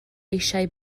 eisiau